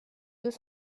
deux